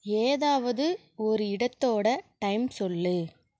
ஏதாவது ஒரு இடத்தோட டைம் சொல்